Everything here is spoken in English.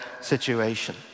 situation